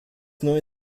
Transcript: neue